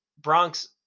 Bronx